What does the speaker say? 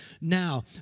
Now